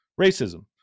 racism